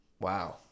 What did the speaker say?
Wow